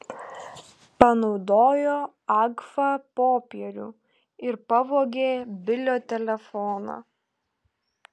panaudojo agfa popierių ir pavogė bilio telefoną